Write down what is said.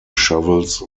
shovels